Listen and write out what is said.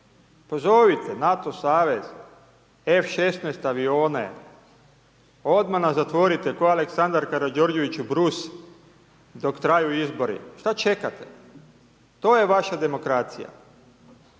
Pozovite NATO savez, F16 avione, odmah nas zatvorite kao Aleksandar Karadžorđević … dok traju izbori. Što čekate? To je vaša demokracija